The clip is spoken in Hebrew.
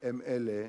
הם אלה